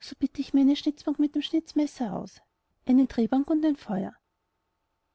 so bitt ich mir eine schnitzbank mit dem schnitzmesser aus eine drehbank und ein feuer